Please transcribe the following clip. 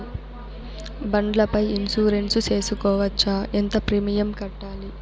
బండ్ల పై ఇన్సూరెన్సు సేసుకోవచ్చా? ఎంత ప్రీమియం కట్టాలి?